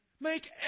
Make